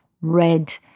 red